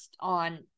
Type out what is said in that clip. on